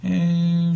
וקונספירציות למיניהן,